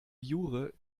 jure